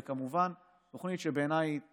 וכמובן, תוכנית שבעיניי היא